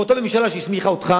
ואותה ממשלה שהסמיכה אותך